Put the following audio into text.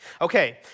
Okay